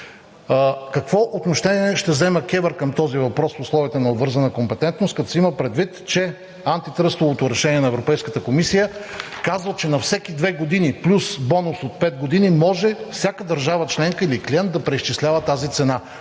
Какво отношение ще вземе КЕВР към този въпрос в условията на обвързана компетентност, като се има предвид, че антитръстовото решение на Европейската комисия казва, че на всеки две години плюс бонус от пет години може всяка държава членка или клиент да преизчислява тази цена?